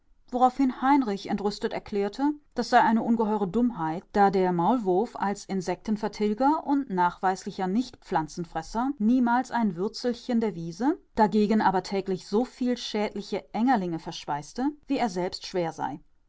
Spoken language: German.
worauf heinrich entrüstet erklärte das sei eine ungeheure dummheit da der maulwurf als insektenvertilger und nachweislicher nichtpflanzenfresser niemals ein würzelchen der wiese dagegen aber täglich so viel schädliche engerlinge verspeise wie er selbst schwer sei